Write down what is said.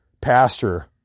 pastor